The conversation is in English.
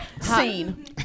Scene